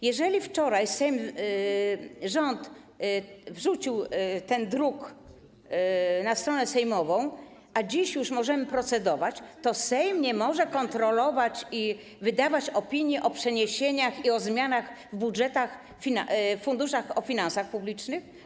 Jeżeli wczoraj rząd wrzucił ten druk na stronę sejmową, a dziś już możemy procedować, to Sejm nie może kontrolować i wydawać opinii o przeniesieniach i o zmianach w budżetach, funduszach, finansach publicznych?